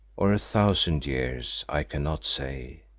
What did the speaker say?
or a thousand years i cannot say.